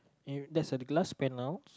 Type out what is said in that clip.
ya that's a glass panel